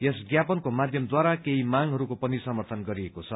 यस ज्ञापनको माध्यमद्वारा केही मागहरूको पनि समर्थन गरिएको छ